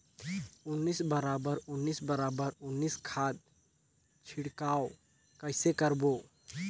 उन्नीस बराबर उन्नीस बराबर उन्नीस खाद छिड़काव कइसे करबो?